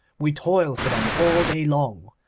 we toil for them all day long,